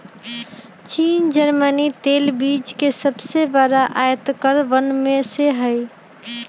चीन जर्मनी तेल बीज के सबसे बड़ा आयतकरवन में से हई